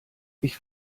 ich